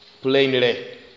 plainly